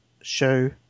show